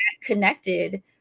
connected